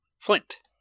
Flint